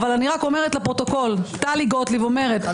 אני רק אומרת לפרוטוקול: טלי גוטליב אומרת: